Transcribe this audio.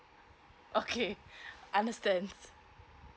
okay understands